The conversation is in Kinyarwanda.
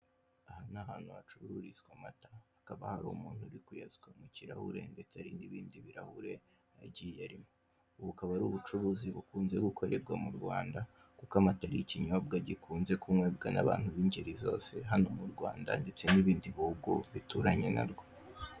Aha ni ahantu hacururizwa amata hakaba hari umuntu uri kuyasuka mu kirahure ndetse hari n'ibindi birahure agiye arimo, ubu bukaba ari ubucuruzi bukunze gukorerwa mu Rwanda kuko amata ari ikinyobwa gikunze kunywebwa n'abantu n'ingeri zose hano mu Rwanda ndetse n'ibindi bihugu bituranye na rwo.